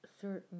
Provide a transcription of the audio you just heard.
certain